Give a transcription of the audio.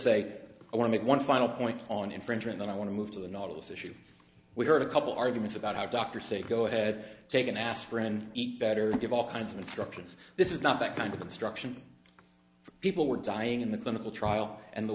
say i want to one final point on infringement then i want to move to the nautilus issue we heard a couple arguments about how doctors say go ahead take an aspirin and eat better than give all kinds of instructions this is not that kind of instruction people were dying in the clinical trial and the